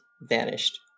vanished